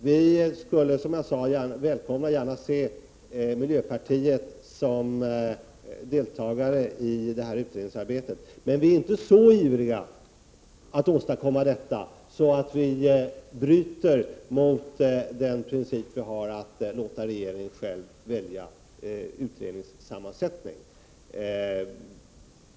Vi i centern skulle, som jag redan sagt, gärna se miljöpartiet som deltagare i utredningsarbetet, men vi är inte så ivriga att åstadkomma detta att vi bryter mot den princip vi har att låta regeringen själv välja utredningens sammansättning.